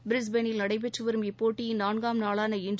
பிரிஸ்பேனில் நடைபெற்று வரும் இப்போட்டியின் நான்காம் நாளான இன்று